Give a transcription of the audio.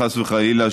חס וחלילה,